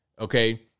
Okay